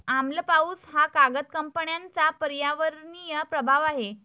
आम्ल पाऊस हा कागद कंपन्यांचा पर्यावरणीय प्रभाव आहे